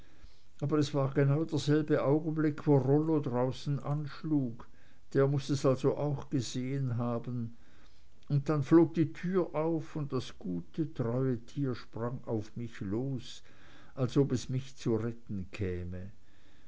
aber es war genau derselbe augenblick wo rollo draußen anschlug der muß es also auch gesehen haben und dann flog die tür auf und das gute treue tier sprang auf mich los als ob es mich zu retten käme